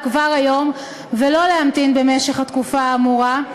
כבר היום ולא להמתין במשך התקופה האמורה,